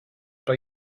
pro